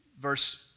verse